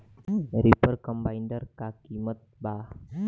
Reaper combiner का किमत बा?